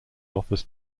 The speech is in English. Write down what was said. offers